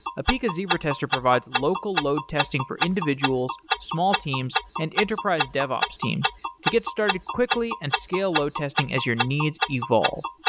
apica zebra tester provides local load testing for individuals, small teams, and enterprise devops teams to get started quickly and scale load testing as your needs evolve.